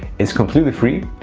it's completely free,